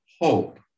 hope